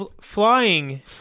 flying